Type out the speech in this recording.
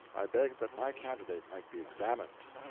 i begged that my candidate might be examined.